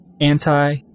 anti